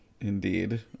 Indeed